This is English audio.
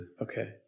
Okay